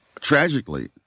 Tragically